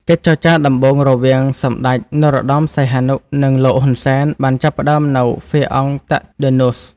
កិច្ចចរចាដំបូងរវាងសម្តេច នរោត្តម សីហនុ និងលោក ហ៊ុន សែន បានចាប់ផ្តើមនៅ ហ្វែរ អង់ តាដឺនួស Fère-en-Tardenois។